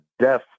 death